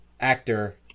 actor